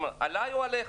הוא אמר: עליי או עליך?